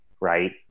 right